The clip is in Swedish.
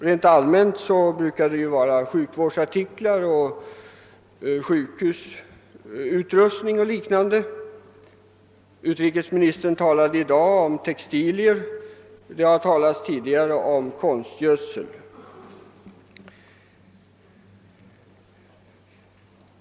Rent allmänt brukar det ju vara fråga om sjukvårdsartiklar, sjukhusutrustning och liknande. Utrikesministern talade i dag om textilier. Det har tidigare talats om konstgödsel.